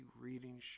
reading